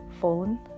fallen